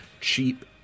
cheap